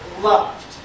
loved